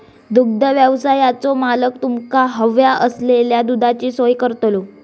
दुग्धव्यवसायाचो मालक तुमका हव्या असलेल्या दुधाची सोय करतलो